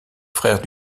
frère